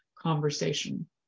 conversation